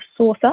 SourceUp